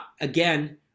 again